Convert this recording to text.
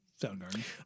Soundgarden